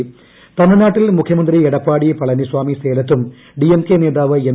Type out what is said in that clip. ഇന്ന് തമിഴ്നാട്ടിൽ മുഖ്യമന്ത്രി എടപ്പാടി പളനിസാമി സേലത്തും ഡിഎംകെ നേതാവ് എം